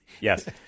Yes